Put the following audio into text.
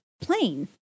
plane